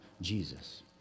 Jesus